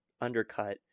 undercut